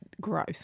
gross